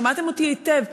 שמעתם אותי היטב.